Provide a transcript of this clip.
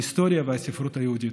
ההיסטוריה והספרות היהודית.